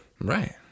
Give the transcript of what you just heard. Right